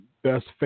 Best